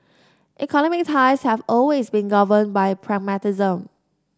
economic ties have always been governed by pragmatism